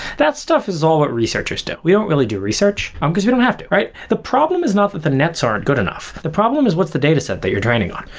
that stuff is all what researchers do. we don't really do research, um because we don't have to, right? the problem is not that the nets aren't good enough. the problem is what's the data set that you're training on?